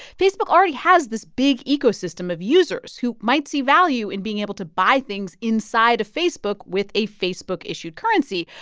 facebook already has this big ecosystem of users who might see value in being able to buy things inside of facebook with a facebook-issued currency,